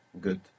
Good